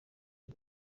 ryo